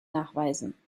nachweisen